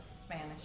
Spanish